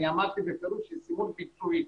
אני אמרתי בפירוש, ישימות ביצועית.